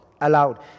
allowed